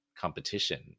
competition